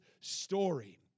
story